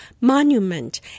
monument